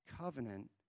covenant